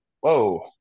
whoa